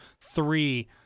three